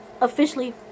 officially